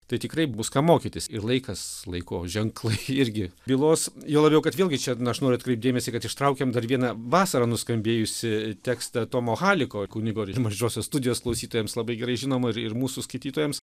tai tikrai bus ką mokytis ir laikas laiko ženklai irgi bylos juo labiau kad vėlgi čia na aš noriu atkreipt dėmesį kad ištraukėm dar vieną vasarą nuskambėjusį tekstą tomo haliko kunigo iš mažosios studijos klausytojams labai gerai žinomo ir ir mūsų skaitytojams